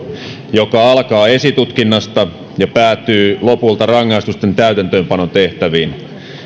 joka alkaa esitutkinnasta ja päätyy lopulta rangaistusten täytäntöönpanotehtäviin